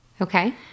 Okay